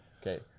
Okay